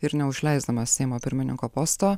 ir neužleisdamas seimo pirmininko posto